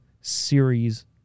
series